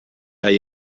hay